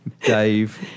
Dave